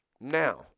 Now